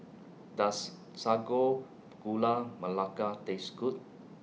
Does Sago Gula Melaka Taste Good